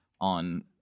on